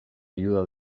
ayuda